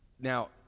Now